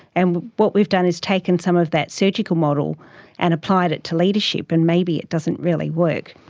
and what we've done is taken some of that surgical model and applied it to leadership, and maybe it doesn't really work.